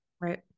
right